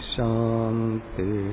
Shanti